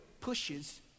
pushes